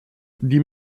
die